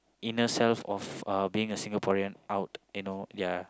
inner self of uh being a Singaporean out you know ya